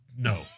No